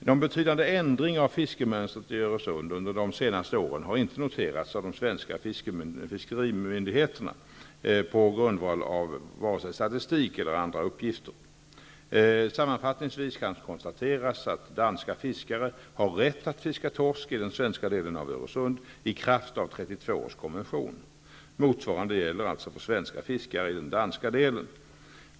Någon betydande ändring av fiskemönstret i Öresund under de senaste åren har inte noterats av de svenska fiskerimyndigheterna på grundval av vare sig statistik eller andra uppgifter. Sammanfattningvis kan konstateras, att danska fiskare har rätt att fiska torsk i den svenska delen av Motsvarande gäller för svenska fiskare i den danska delen.